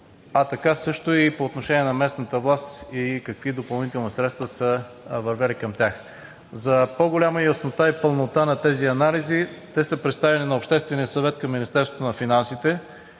така и по отношение на местната власт и какви допълнителни средства са вървели към тях. За по-голяма яснота и пълнота на тези анализи, те са представени на Обществения съвет към Министерството на финансите,